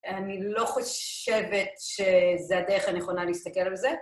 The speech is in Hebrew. אני לא חושבת שזו הדרך הנכונה להסתכל על זה.